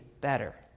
better